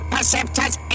Perceptors